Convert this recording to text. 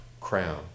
crown